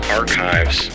archives